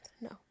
no